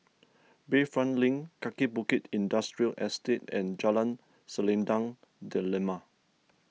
Bayfront Link Kaki Bukit Industrial Estate and Jalan Selendang Delima